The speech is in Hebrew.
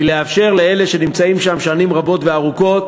לאפשר לאלה שנמצאים שם שנים רבות וארוכות